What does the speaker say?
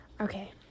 Okay